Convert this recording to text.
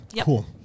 cool